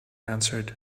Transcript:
answered